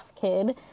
kid